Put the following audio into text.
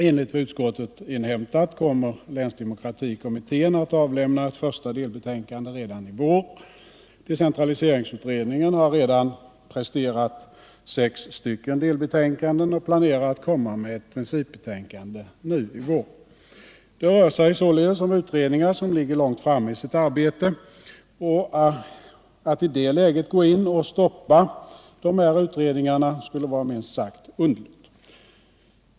Enligt vad utskottet inhämtat kommer länsdemokratikommittén att avlämna ett första delbetänkande redan i vår. Decentraliseringsutredningen har redan presterat sex delbetänkanden och planerar att komma med ett principbetänkande nu i vår. Det rör sig således om utredningar som ligger långt framme i sitt arbete. Att i det läget gå in och stoppa de här utredningarna skulle vara minst sagt underligt.